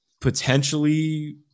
potentially